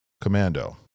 commando